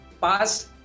pass